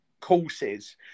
courses